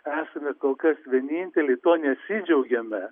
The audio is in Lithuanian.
esame kol kas vieninteliai tuo nesidžiaugiame